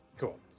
Cool